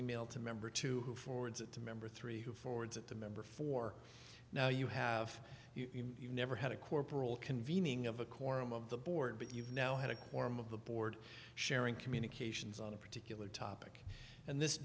email to member two forwards it to member three who forwards it the member for now you have never had a corporal convening of a quorum of the board but you've now had a quorum of the board sharing communications on a particular topic and this